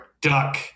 duck